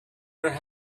your